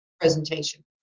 presentation